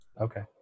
Okay